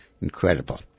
Incredible